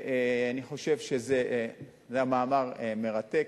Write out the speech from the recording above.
אני חושב שזה מאמר מרתק,